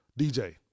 DJ